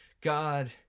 God